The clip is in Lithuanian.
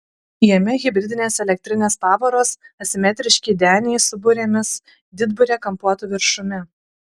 jame hibridinės elektrinės pavaros asimetriški deniai su burėmis didburė kampuotu viršumi